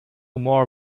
more